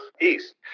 east